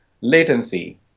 latency